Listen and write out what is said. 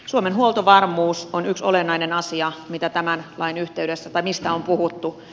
suomen huoltovarmuus on yksi olennainen asia mistä tämän lain yhteydessä on puhuttu